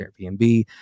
Airbnb